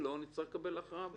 אם לא - נצטרך בסוף לקבל החלטה.